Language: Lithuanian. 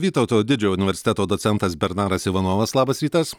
vytauto didžiojo universiteto docentas bernaras ivanovas labas rytas